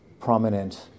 prominent